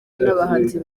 n’abahanzi